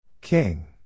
King